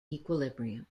equilibrium